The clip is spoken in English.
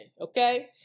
okay